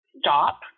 stop